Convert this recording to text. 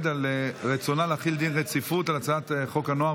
על רצונה להחיל דין רציפות על הצעת חוק הנוער